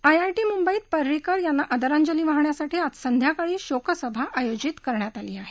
IIT मुंबईत पर्रिकर यांना आदरांजली वाहण्यासाठी आज संध्याकाळी शोकसभा आयोजित करण्यात आली आहे